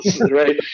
right